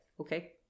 Okay